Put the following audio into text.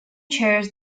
chairs